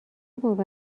باور